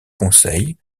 conseils